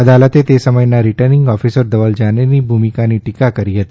અદાલતે તે સમયના રીટર્નિંગ ઓફિસર ધવલ જાનીની ભૂમિકાની ટીકા કરી હતી